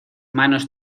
manos